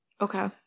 Okay